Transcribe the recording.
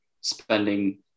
spending